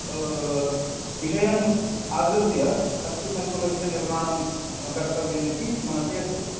विषयम् आधृत्य अस्य सङ्कुलस्य निर्माणं कर्तव्यम् इति मनसि अस्ति